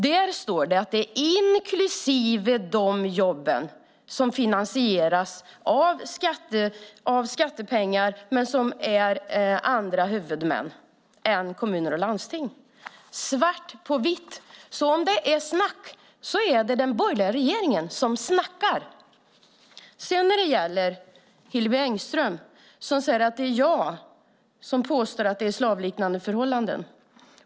Där står det att inklusive de jobb där huvudmän är andra än kommuner och landsting finansieras av skattepengar - svart på vitt. Om det är snack är det den borgerliga regeringen som snackar. Hillevi Engström säger att det är jag som påstår att det är slavliknande förhållanden.